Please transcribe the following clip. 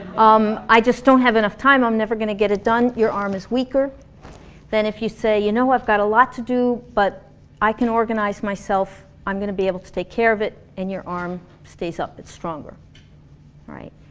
um i just don't have enough time, i'm never gonna get it done. your arm is weaker than if you say you know i've got a lot to do, but i can organize myself, i'm gonna be able to take care of it. and your arm stays up, it's stronger alright,